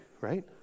right